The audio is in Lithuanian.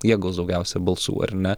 jie gaus daugiausia balsų ar ne